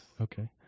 Okay